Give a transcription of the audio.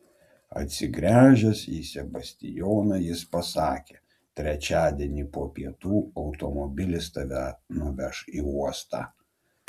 atsigręžęs į sebastijoną jis pasakė trečiadienį po pietų automobilis tave nuveš į uostą